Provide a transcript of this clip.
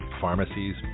pharmacies